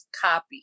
copy